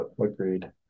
agreed